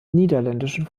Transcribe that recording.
niederländischen